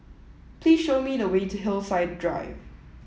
please show me the way to Hillside Drive